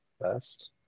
best